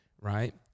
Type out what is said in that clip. right